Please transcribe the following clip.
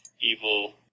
evil